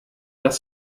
das